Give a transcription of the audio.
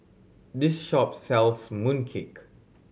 this shop sells mooncake